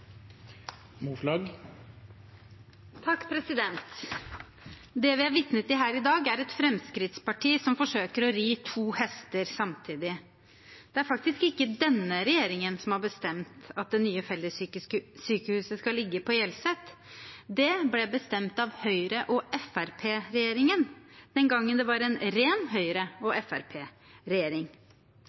til her i dag, er et Fremskrittsparti som forsøker å ri to hester samtidig. Det er faktisk ikke denne regjeringen som har bestemt at det nye fellessykehuset skal ligge på Hjelset. Det ble bestemt av Høyre–Fremskrittsparti-regjeringen den gangen det var en ren